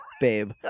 babe